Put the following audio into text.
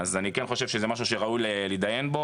אז אני כן חושב שזה משהו שראוי להתדיין בו,